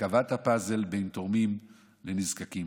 הרכבת הפאזל בין תורמים לנזקקים.